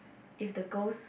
if the girls